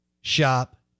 shop